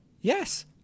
yes